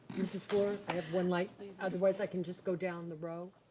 mrs. fluor, i have one, like otherwise i can just go down the row.